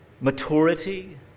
maturity